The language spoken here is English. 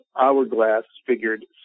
hourglass-figured